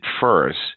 first